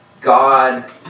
God